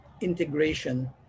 integration